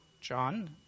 John